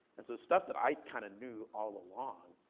and so stuff that i kind of knew all along,